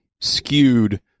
skewed